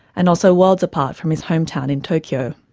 and also worlds apart from his hometown in tokyo.